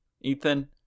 Ethan